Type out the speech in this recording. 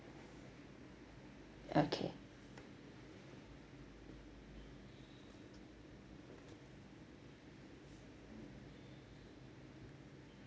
okay